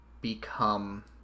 become